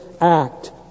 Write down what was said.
act